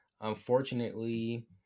unfortunately